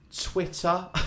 Twitter